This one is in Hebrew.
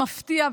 במפתיע,